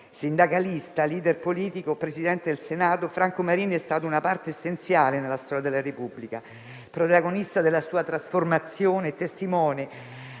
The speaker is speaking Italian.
Sindacalista, *leader* politico e Presidente del Senato, Franco Marini è stato una parte essenziale nella storia della Repubblica. Protagonista della sua trasformazione e testimone,